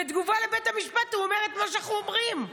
בתגובה לבית המשפט הוא אומר את מה שאנחנו אומרים.